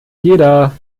jeder